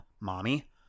mommy